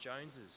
Joneses